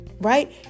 right